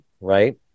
right